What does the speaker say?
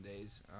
days